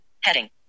heading